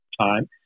time